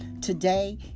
Today